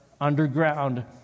underground